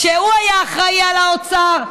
כשהוא היה אחראי לאוצר,